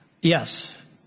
Yes